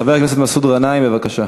חבר הכנסת מסעוד גנאים, בבקשה.